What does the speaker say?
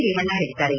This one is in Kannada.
ರೇವಣ್ಣ ಹೇಳಿದ್ದಾರೆ